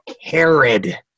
Herod